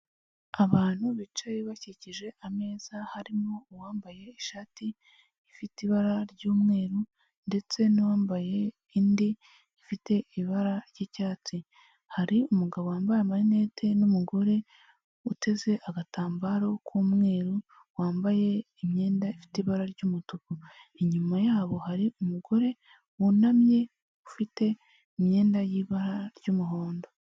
Abantu bicaye bakikije ameza harimo uwambaye ishati ifite ibara ry'umweru ndetse n'uwambaye indi ifite ibara ry'icyatsi hari umugabo wambaye amarineti n'umugore uteze agatambaro k'umweru wambaye imyenda ifite ibara ry'umutuku inyuma yabo hari umugore wunamye ufite imyenda y'ibara ry'umuhondo.